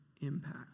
impact